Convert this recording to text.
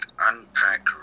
unpack